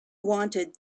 wanted